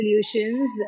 solutions